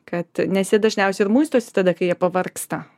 kad nes jie dažniausiai ir muistosi tada kai jie pavargsta